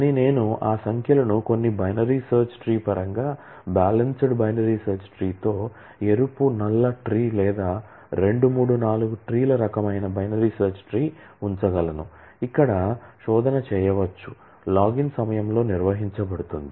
కానీ నేను ఆ సంఖ్యలను కొన్ని బైనరీ సెర్చ్ ట్రీ పరంగా బేలన్సుడ్ బైనరీ సెర్చ్ ట్రీ తో ఎరుపు నల్ల ట్రీ లేదా రెండు మూడు నాలుగు ట్రీ ల రకమైన బైనరీ సెర్చ్ ట్రీ ఉంచగలను ఇక్కడ శోధన చేయవచ్చు లాగిన్ సమయంలో నిర్వహించబడుతుంది